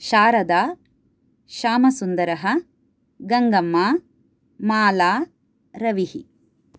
शारदा श्यामसुन्दरः गङ्गम्मा माला रविः